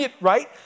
right